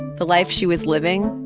the life she was living,